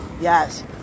Yes